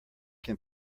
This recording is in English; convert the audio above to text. can